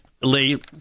Lee